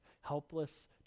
Helpless